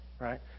right